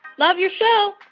love your show